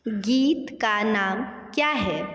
गीत का नाम क्या है